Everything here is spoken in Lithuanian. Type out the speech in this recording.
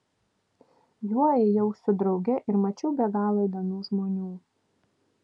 juo ėjau su drauge ir mačiau be galo įdomių žmonių